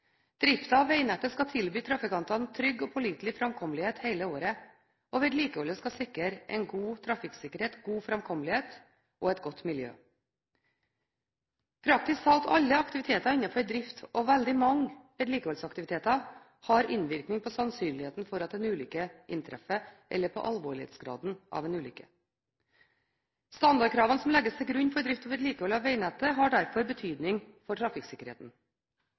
av vegnettet skal tilby trafikantene trygg og pålitelig framkommelighet hele året, og vedlikeholdet skal sikre en god trafikksikkerhet, god framkommelighet og et godt miljø. Praktisk talt alle aktiviteter innenfor drift og veldig mange vedlikeholdsaktiviteter har innvirkning på sannsynligheten for at en ulykke inntreffer eller på alvorlighetsgraden av en ulykke. Standardkravene som legges til grunn for drift og vedlikehold av vegnettet, har derfor betydning for trafikksikkerheten.